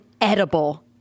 edible